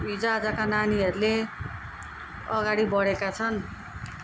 हिजोआजका नानीहरूले अगाडि बढेका छन्